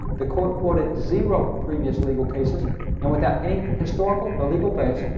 the court quoted zero previous legal cases and without any historical or legal base,